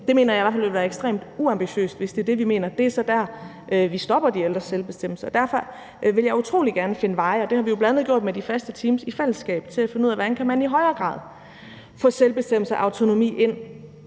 Det mener jeg i hvert fald ville være ekstremt uambitiøst, hvis det er det, vi mener. Det er så der, vi stopper de ældres selvbestemmelse, og derfor vil jeg utrolig gerne finde veje, og det har vi bl.a. gjort med de faste teams i fællesskab for at finde ud af, hvordan man i højere grad kan få selvbestemmelse og autonomi ind